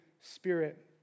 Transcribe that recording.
Spirit